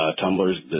tumblers